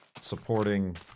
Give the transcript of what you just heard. supporting